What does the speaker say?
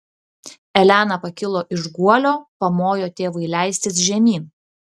elena pakilo iš guolio pamojo tėvui leistis žemyn